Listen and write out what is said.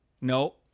No